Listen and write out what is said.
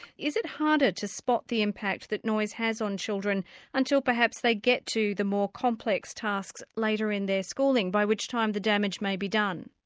is it harder to spot the impact that noise has on children until perhaps they get to the more complex tasks later in their schooling, by which time the damage may be done?